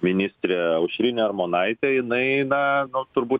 ministrė aušrinė armonaitė jinai na nu turbūt